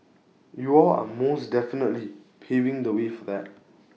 y'all are most definitely paving the way for that